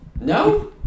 No